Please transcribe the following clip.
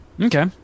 Okay